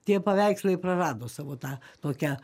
tie paveikslai prarado savo tą tokią